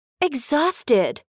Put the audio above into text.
exhausted